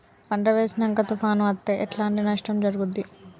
పంట వేసినంక తుఫాను అత్తే ఎట్లాంటి నష్టం జరుగుద్ది?